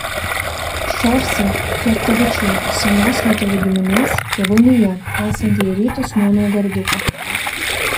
ščorsai chreptavičių senos lietuvių giminės tėvonija esanti į rytus nuo naugarduko